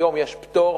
היום יש פטור